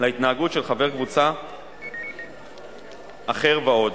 להתנהגות של חבר קבוצה אחר, ועוד.